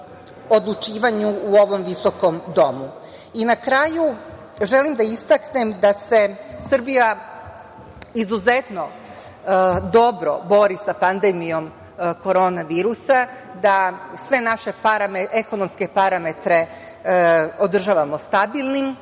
odlučivanju u ovom visokom domu. Na kraju, želim da istaknem da se Srbija izuzetno dobro bori sa pandemijom korona virusa, da sve naše ekonomske parametre održavamo stabilnim,